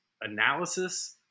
analysis